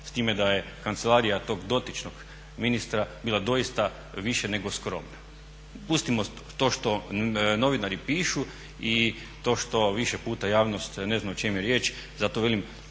S time da je kancelarija tog dotičnog ministra bila doista više nego skromna. Pustimo to što novinari pišu i to što više puta javnost ne zna o čemu je riječ. Zato velim